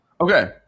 okay